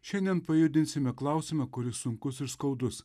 šiandien pajudinsime klausimą kuris sunkus ir skaudus